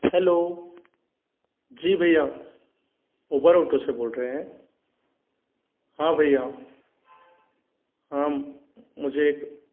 hello ji भैया Uber auto से बोल रहे हैं हाँ भैया हाँ मुझे एक